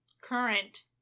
Current